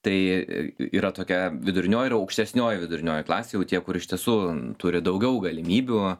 tai i i yra tokia vidurinioji ir aukštesnioji vidurinioji klasė jau tie kur iš tiesų turi daugiau galimybių